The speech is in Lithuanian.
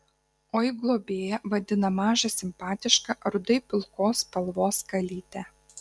oi globėja vadina mažą simpatišką rudai pilkos spalvos kalytę